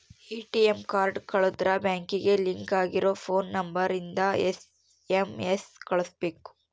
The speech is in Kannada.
ಎ.ಟಿ.ಎಮ್ ಕಾರ್ಡ್ ಕಳುದ್ರೆ ಬ್ಯಾಂಕಿಗೆ ಲಿಂಕ್ ಆಗಿರ ಫೋನ್ ನಂಬರ್ ಇಂದ ಎಸ್.ಎಮ್.ಎಸ್ ಕಳ್ಸ್ಬೆಕು